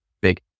big